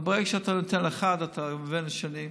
אבל ברגע שאתה נותן לאחד, אתה נותן לשני.